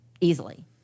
easily